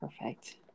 Perfect